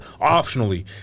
optionally